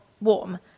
warm